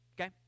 okay